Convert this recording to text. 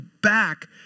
back